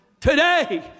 today